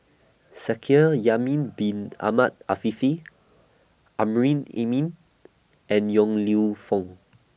Shaikh Bin Ahmed Afifi Amrin Amin and Yong Lew Foong